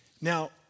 Now